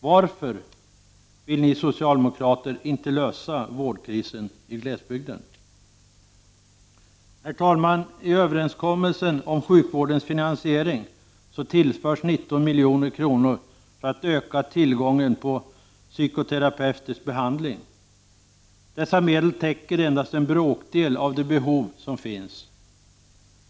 Varför vill ni socialdemokrater inte lösa vårdkrisen i glesbygden? Herr talman! I överenskommelsen om sjukvårdens finansiering tillförs 19 milj.kr. för att öka tillgången på psykoterapeutisk behandling. Dessa medel täcker endast en bråkdel av det behov som finns.